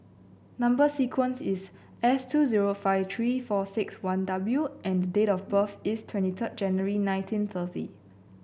number sequence is S two zero five three four six one W and date of birth is twenty third January nineteen thirty